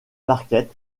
marquet